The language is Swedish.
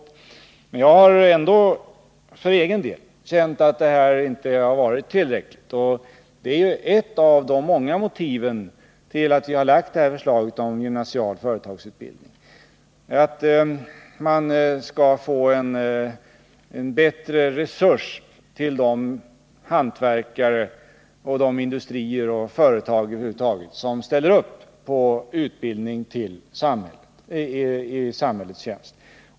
För egen del har jag emellertid känt att detta inte varit tillräckligt, och det är en av många anledningar till att vi nu har lagt fram det här förslaget om gymnasial företagsutbildning, vilket innebär att man får en bättre resurs till de hantverkare, industrier och företag över huvud taget som ställer upp på utbildning i samhällets tjänst.